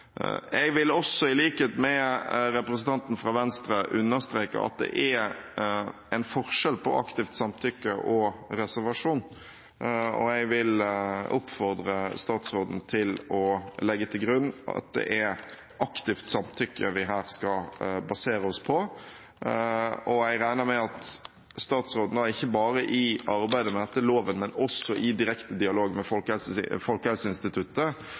Jeg vil også, i likhet med representanten fra Venstre, understreke at det er en forskjell på aktivt samtykke og reservasjon. Jeg vil oppfordre statsråden til å legge til grunn at det er aktivt samtykke vi her skal basere oss på. Jeg regner med at statsråden – ikke bare i arbeidet med loven, men også i direkte dialog med Folkehelseinstituttet